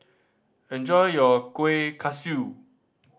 enjoy your Kueh Kaswi